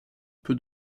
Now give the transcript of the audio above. peu